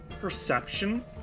perception